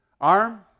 arm